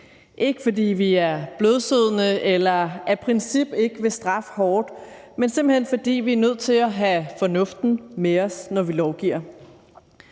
ikke, fordi vi er blødsødne eller af princip ikke vil straffe hårdt, men simpelt hen fordi vi er nødt til at have fornuften med os, når vi lovgiver.